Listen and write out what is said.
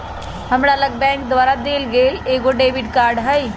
हमरा लग बैंक द्वारा देल गेल एगो डेबिट कार्ड हइ